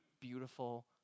beautiful